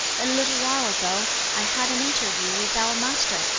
a little while ago, i had an interview with our master,